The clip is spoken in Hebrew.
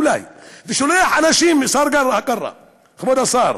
אולי, ושולח אנשים, השר קרא, כבוד השר,